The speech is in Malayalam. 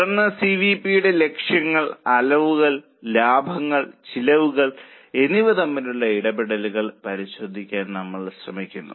തുടർന്ന് സി വി പി യുടെ ലക്ഷ്യങ്ങൾ അളവുകൾ ലാഭം ചെലവുകൾ എന്നിവ തമ്മിലുള്ള ഇടപെടൽ പരിശോധിക്കാൻ നമ്മൾ ശ്രമിക്കുന്നു